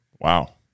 Wow